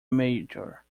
major